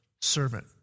servant